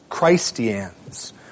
Christians